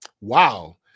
wow